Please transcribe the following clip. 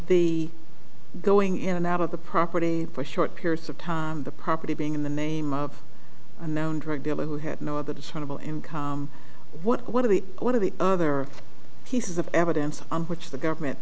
the going in and out of the property for short periods of time the property being in the name of a noun drug dealer who had no other discernable income what one of the one of the other pieces of evidence on which the government